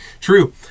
True